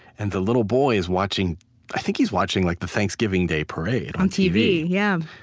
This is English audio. and the little boy is watching i think he's watching like the thanksgiving day parade on tv, yeah